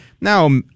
Now